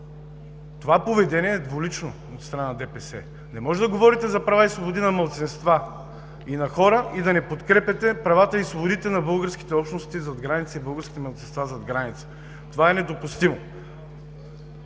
Това поведение е двулично от страна на ДПС. Не може да говорите за права и свободи на малцинства и на хора, и да не подкрепяте правата и свободите на българските общности зад граница и българските малцинства зад граница. Това е недопустимо!